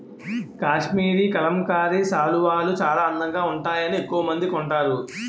కాశ్మరీ కలంకారీ శాలువాలు చాలా అందంగా వుంటాయని ఎక్కవమంది కొంటారు